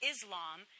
Islam